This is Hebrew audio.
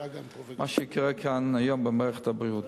על מה שקורה היום כאן במערכת הבריאות.